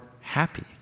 happy